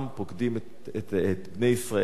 פוקדים את בני ישראל,